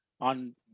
on